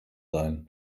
sein